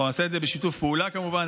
אנחנו נעשה את זה בשיתוף פעולה, כמובן.